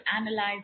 analyze